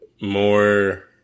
more